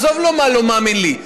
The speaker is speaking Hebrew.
עזוב לא מאמין לי.